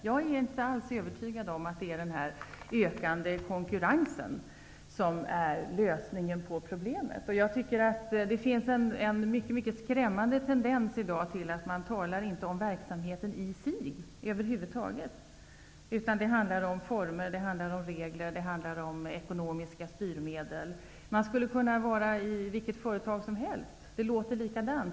Jag är inte alls övertygad om att det är den ökande konkurrensen som är lösningen på problemet. Det finns en skrämmande tendens i dag till att inte över huvud taget tala om verksamheten i sig, utan det handlar om former, regler och ekonomiska styrmedel. Man skulle kunna befinna sig i vilket företag som helst -- det låter likadant.